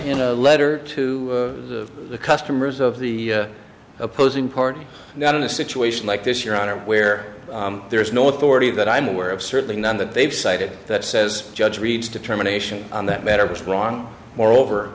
in a letter to the customers of the opposing party not in a situation like this your honor where there is no authority that i'm aware of certainly none that they've cited that says judge reads determination on that matter was wrong moreover